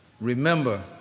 remember